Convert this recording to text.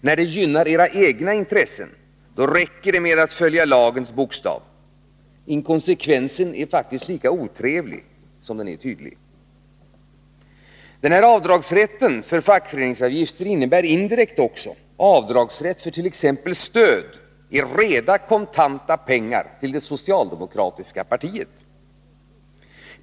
När det gynnar era egna intressen räcker det med att följa lagens bokstav. Inkonsekvensen är faktiskt lika otrevlig som den är tydlig. Avdragsrätten för fackföreningsavgifter innebär indirekt också avdragsrätt för t.ex. stöd i reda kontanta pengar till det socialdemokratiska partiet.